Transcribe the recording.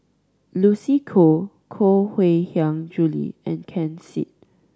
Lucy Koh Koh Mui Hiang Julie and Ken Seet